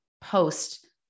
post